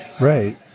Right